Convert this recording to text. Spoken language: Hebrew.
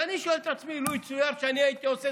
ואני שואל את עצמי: לו יצוין שאני הייתי עושה